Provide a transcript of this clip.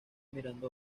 mirando